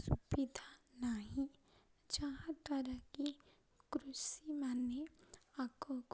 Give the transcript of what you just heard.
ସୁବିଧା ନାହିଁ ଯାହାଦ୍ୱାରା କି କୃଷିମାନେ ଆଗକୁ